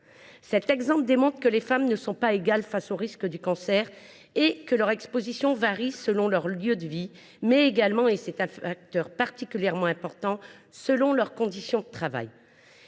Cet exemple démontre que les femmes ne sont pas égales face au risque du cancer et que leur exposition varie selon leur lieu de vie, mais également, et c’est un facteur particulièrement important, selon leurs conditions de travail.